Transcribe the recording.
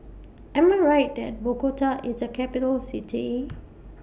Am I Right that Bogota IS A Capital City